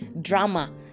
drama